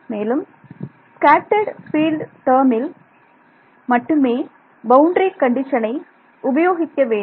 மேலும் scattered field டேர்மில் மட்டுமே பவுண்டரி கண்டிஷனை உபயோகிக்க வேண்டும்